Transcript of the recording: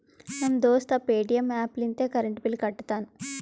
ನಮ್ ದೋಸ್ತ Paytm app ಲಿಂತೆ ಕರೆಂಟ್ ಬಿಲ್ ಕಟ್ಟತಾನ್